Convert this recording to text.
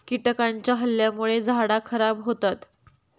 कीटकांच्या हल्ल्यामुळे झाडा खराब होतत